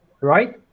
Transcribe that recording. right